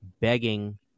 begging